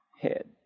Head